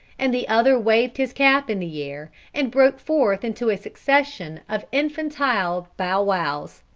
and the other waved his cap in the air, and broke forth into a succession of infantile bow-wows.